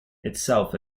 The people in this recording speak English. itself